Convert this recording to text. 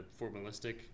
formalistic